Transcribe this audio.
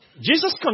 Jesus